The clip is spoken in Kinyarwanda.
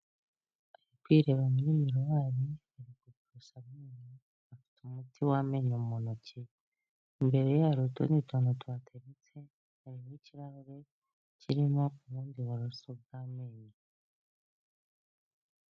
Kwireba muri miruwari, afite uburiso buriho umuti w'amenyo mu ntoki, imbere ye hari n'utundi tuntu tuhateretse hari n' ikirahure kirimo ubundi buroso bw'amenyo